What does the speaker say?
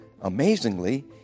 Amazingly